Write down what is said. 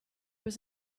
was